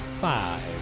Five